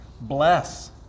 bless